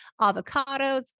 avocados